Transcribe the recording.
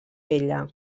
vella